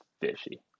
fishy